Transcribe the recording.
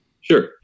sure